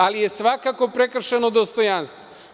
Ali je svakako prekršeno dostojanstvo.